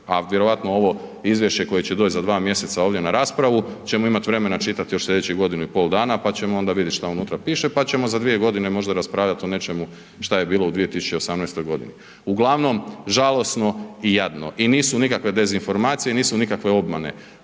a vjerojatno ovo izvješće koje će doći za 2 mj. ovdje na raspravu ćemo imat vremena čitat i još slijedećih godinu i pol dana pa ćemo onda vidjet šta unutra piše pa ćemo za 2 g. možda raspravljat o nečemu šta je bilo u 2018. g. Uglavnom, žalosno i jadno i nisu nikakve dezinformacije, nisu nikakve obmane,